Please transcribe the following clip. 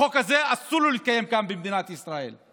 החוק הזה, אסור לו להתקיים כאן במדינת ישראל.